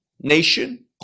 nation